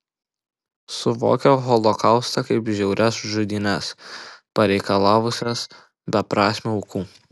suvokia holokaustą kaip žiaurias žudynes pareikalavusias beprasmių aukų